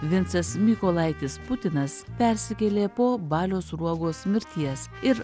vincas mykolaitis putinas persikėlė po balio sruogos mirties ir